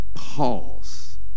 pause